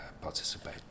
participate